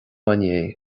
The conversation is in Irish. inné